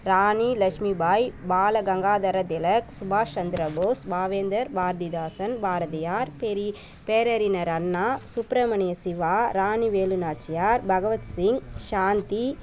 ராணி லட்சுமி பாய் பாலகங்காதர திலக் சுபாஷ் சந்திரபோஸ் பாவேந்தர் பாரதிதாசன் பாரதியார் பெரி பேரறிஞர் அண்ணா சுப்பிரமணிய சிவா ராணி வேலுநாச்சியார் பகவத்சிங் சாந்தி